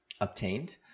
obtained